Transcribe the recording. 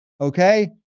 Okay